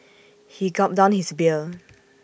he gulped down his beer